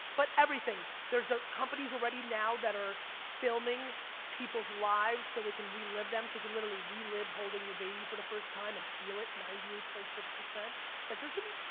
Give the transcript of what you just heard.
but everything, there's ah companies already now that are filming people's lives, so they can relive them, so you can literally relive holding your baby for the first time, and feel it, ninety eight point six. like there's gonna be,